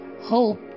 hope